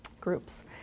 groups